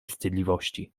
wstydliwości